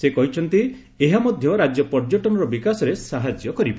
ସେ କହିଛନ୍ତି ଏହା ମଧ୍ୟ ରାଜ୍ୟ ପର୍ଯ୍ୟଟନର ବିକାଶରେ ସାହାଯ୍ୟ କରିବ